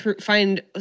find